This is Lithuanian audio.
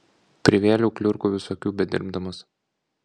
privėliau kliurkų visokių bedirbdamas